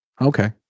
Okay